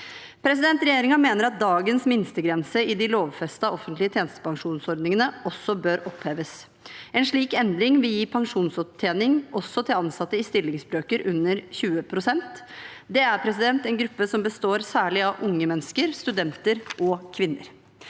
stilling. Regjeringen mener at dagens minstegrense i de lovfestede offentlige tjenestepensjonsordningene også bør oppheves. En slik endring vil gi pensjonsopptjening også til ansatte i stillingsbrøker under 20 pst. Det er en gruppe som består særlig av unge mennesker, studenter og kvinner.